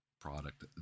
product